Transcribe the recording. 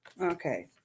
Okay